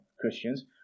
Christians